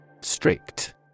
Strict